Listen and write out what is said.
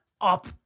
Up